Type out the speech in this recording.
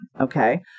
Okay